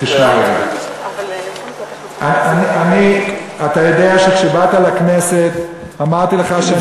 אתה יודע שכשבאת לכנסת אמרתי לך שאני,